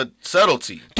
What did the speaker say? subtlety